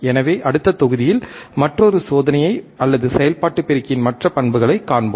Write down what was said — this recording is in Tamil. எனவே அடுத்த தொகுதியில் மற்றொரு சோதனையை அல்லது செயல்பாட்டு பெருக்கியின் மற்ற பண்புகளைக் காண்போம்